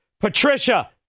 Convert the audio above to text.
Patricia